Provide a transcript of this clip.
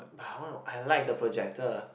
but I want to I like the Projector